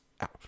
out